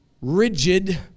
rigid